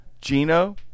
Gino